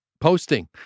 posting